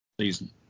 season